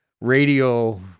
radio